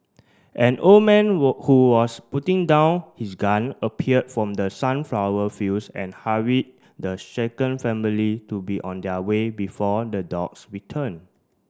an old man who was putting down his gun appeared from the sunflower fields and hurried the shaken family to be on their way before the dogs return